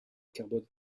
carbone